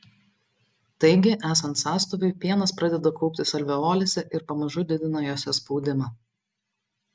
taigi esant sąstoviui pienas pradeda kauptis alveolėse ir pamažu didina jose spaudimą